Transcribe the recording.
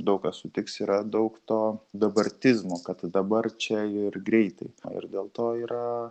daug kas sutiks yra daug to dabartizmo kad dabar čia ir greitai ir dėl to yra